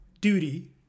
duty